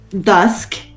dusk